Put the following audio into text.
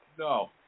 No